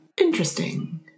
Interesting